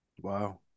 Wow